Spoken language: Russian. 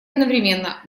одновременно